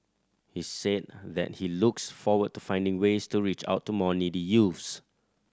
he said that he looks forward to finding ways to reach out to more needy youths